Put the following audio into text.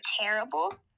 terrible